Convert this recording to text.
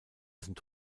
sind